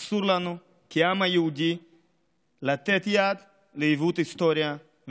אסור לנו כעם היהודי לתת יד לעיוות ההיסטוריה,